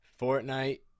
Fortnite